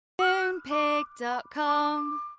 Moonpig.com